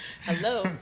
hello